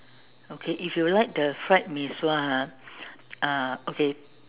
okay if you like the fried mee-sua ha uh okay